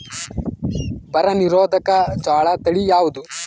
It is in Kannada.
ಬರ ನಿರೋಧಕ ಜೋಳ ತಳಿ ಯಾವುದು?